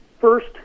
first